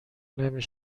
نمی